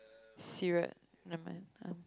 serious never mind